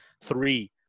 three